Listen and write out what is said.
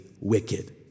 wicked